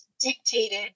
dictated